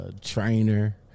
Trainer